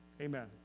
Amen